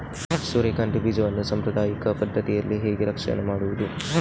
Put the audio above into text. ಸೂರ್ಯಕಾಂತಿ ಬೀಜವನ್ನ ಸಾಂಪ್ರದಾಯಿಕ ಪದ್ಧತಿಯಲ್ಲಿ ಹೇಗೆ ರಕ್ಷಣೆ ಮಾಡುವುದು